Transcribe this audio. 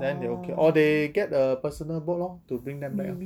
then they okay or they get a personal boat lor to bring them back lor